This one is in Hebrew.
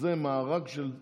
שזה מארג של חוקי-יסוד.